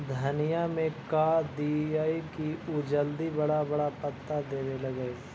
धनिया में का दियै कि उ जल्दी बड़ा बड़ा पता देवे लगै?